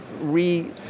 re-